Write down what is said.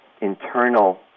internal